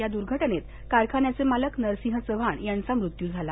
या दूर्घटनेत कारखान्याचे मालक नरसिंह चव्हाण यांचा मृत्यू झाला